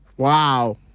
Wow